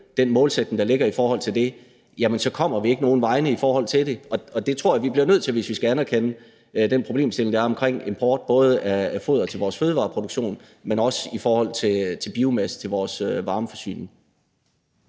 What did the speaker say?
den målsætning, der ligger i det, så kommer vi ikke nogen vegne i forhold til det. Det tror jeg vi bliver nødt til, hvis vi skal anerkende den problemstilling, der er omkring import, både af foder til vores fødevareproduktion, men også i forhold til biomasse til vores varmeforsyning.